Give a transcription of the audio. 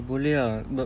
boleh ah sebab